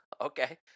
Okay